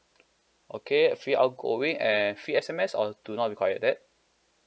okay free outgoing and free S_M_S or do not require that